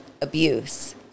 abuse